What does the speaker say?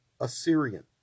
Assyrian